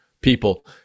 people